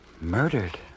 Murdered